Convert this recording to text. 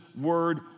word